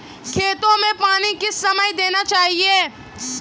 खेतों में पानी किस समय देना चाहिए?